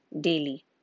daily